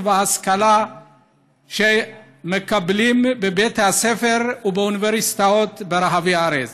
וההשכלה שמקבלים בבית הספר ובאוניברסיטאות ברחבי הארץ.